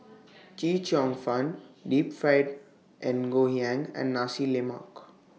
Chee Cheong Fun Deep Fried Ngoh Hiang and Nasi Lemak